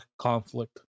conflict